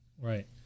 Right